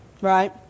right